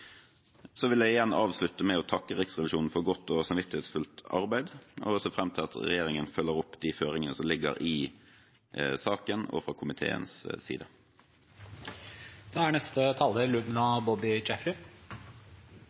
Så vil jeg avslutte med igjen å takke Riksrevisjonen for godt og samvittighetsfullt arbeid. Jeg ser fram til at regjeringen følger opp de føringene som ligger i saken og fra komiteens side. Disse debattene kan kanskje bli litt gjentagende, for det er